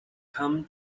come